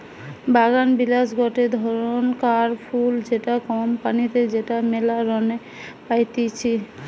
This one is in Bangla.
বাগানবিলাস গটে ধরণকার ফুল যেটা কম পানিতে যেটা মেলা রঙে পাইতিছি